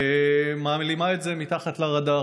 ומעלימה את זה מתחת לרדאר.